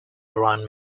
around